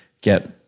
get